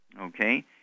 okay